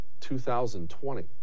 2020